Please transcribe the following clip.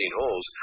holes